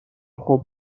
خوب